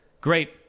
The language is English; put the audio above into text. Great